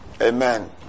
Amen